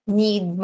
need